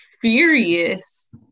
furious